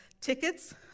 tickets